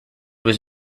was